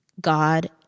God